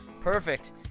Perfect